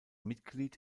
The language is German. mitglied